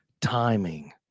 timing